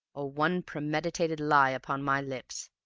or one premeditated lie upon my lips.